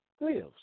lives